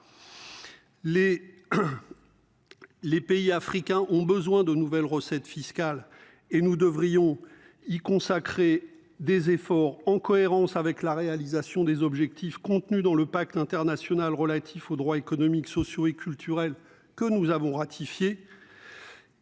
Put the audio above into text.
Les pays africains ont besoin de nouvelles recettes fiscales, et nous devrions y consacrer des efforts en cohérence avec la réalisation des objectifs contenus dans le Pacte international relatif aux droits économiques, sociaux et culturels que nous avons ratifié.